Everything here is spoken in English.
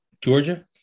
Georgia